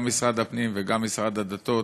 גם משרד הפנים וגם משרד הדתות,